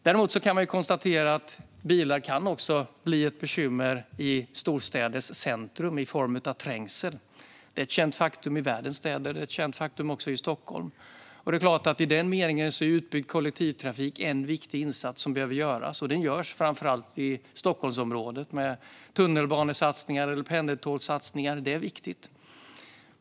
Däremot kan man konstatera att bilar också kan bli ett bekymmer i storstäders centrum i form av trängsel. Det är ett känt faktum i världens städer, och det är ett känt faktum också i Stockholm. Det är klart att i den meningen är utbyggnad av kollektivtrafik en viktig insats som behöver göras, och den görs framför allt i Stockholmsområdet med tunnelbanesatsningar och pendeltågssatsningar. Det är viktigt.